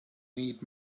need